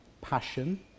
passion